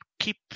keep